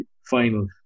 final